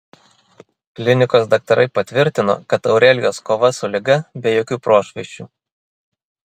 klinikos daktarai patvirtino kad aurelijos kova su liga be jokių prošvaisčių